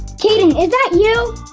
kaden, is that you?